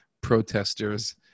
protesters